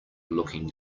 looking